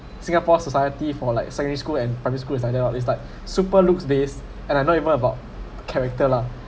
singapore society for like secondary school and primary school it's like that or it's like super looks these and I'm not even worried about character lah